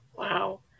Wow